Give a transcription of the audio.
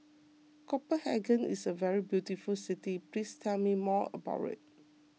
Copenhagen is a very beautiful city please tell me more about it